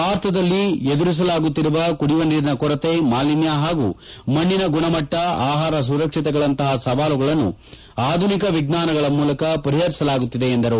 ಭಾರತದಲ್ಲಿ ಎದುರಿಸಲಾಗುತ್ತಿರುವ ಕುಡಿಯುವ ನೀರಿನ ಕೊರತೆ ಮಾಲೀನ್ಯ ಹಾಗೂ ಮಣ್ಣಿನ ಗುಣಮಟ್ಟ ಆಹಾರ ಸುರಕ್ಷತೆಗಳಂತಹ ಸವಾಲುಗಳನ್ನು ಆಧುನಿಕ ವಿಜ್ಞಾನಗಳ ಮೂಲಕ ಪರಿಹರಿಸಲಾಗುತ್ತಿದೆ ಎಂದರು